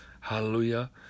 Hallelujah